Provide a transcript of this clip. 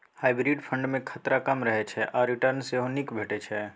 hybrid fund मे खतरा कम रहय छै आ रिटर्न सेहो नीक भेटै छै